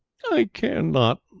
i care not,